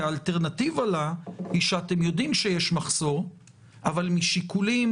כי האלטרנטיבה לה היא שאתם יודעים שיש מחסור אבל משיקולים